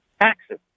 taxes